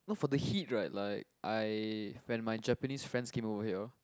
not for the heat right like I when my Japanese friends came over here